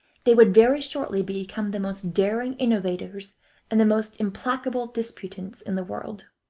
they would very shortly become the most daring innovators and the most implacable disputants in the world.